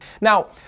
now